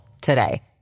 today